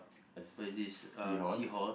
a seahorse